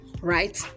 right